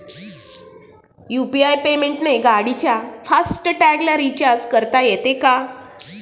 UPI पेमेंटने गाडीच्या fast टॅगला रिर्चाज करता येते का?